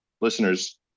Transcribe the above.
listeners